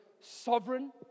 sovereign